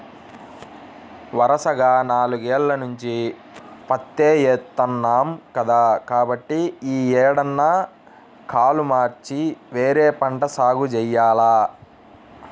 వరసగా నాలుగేల్ల నుంచి పత్తే ఏత్తన్నాం కదా, కాబట్టి యీ ఏడన్నా కాలు మార్చి వేరే పంట సాగు జెయ్యాల